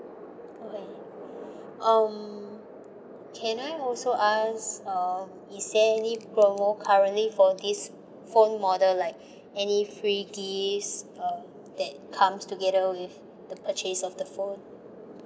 okay um can I also ask um is there any promo currently for this phone model like any free gifts uh that comes together with the purchase of the phone